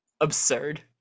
absurd